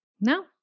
no